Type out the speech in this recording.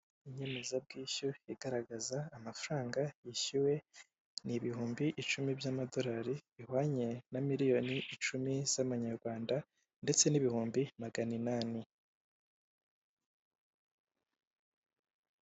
Inyemezabwishyu igaragaza amafaranga yishyuwe ni ibihumbi icumi by'amadorari bihwanye na miliyoni icumi z'amanyarwanda ndetse n'ibihumbi maganinani.